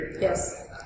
Yes